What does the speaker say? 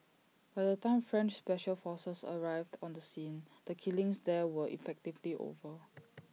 by the time French special forces arrived on the scene the killings that there were effectively over